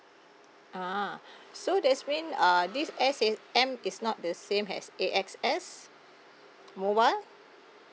a'ah so that's mean uh this S_A_M is not the same as A_X_S mobile